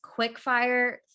quickfire